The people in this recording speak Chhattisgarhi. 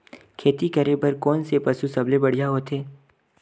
खेती करे बर कोन से पशु सबले बढ़िया होथे?